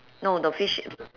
no the fish